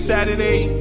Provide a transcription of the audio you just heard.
Saturday